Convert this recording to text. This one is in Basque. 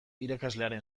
irakaslearen